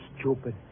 Stupid